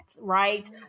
right